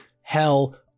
hell